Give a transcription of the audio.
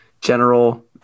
general